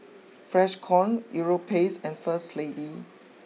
Freshkon Europace and first Lady